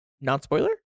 Non-spoiler